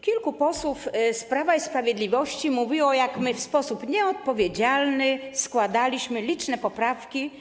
Kilku posłów z Prawa i Sprawiedliwości mówiło o tym, że w sposób nieodpowiedzialny składaliśmy liczne poprawki.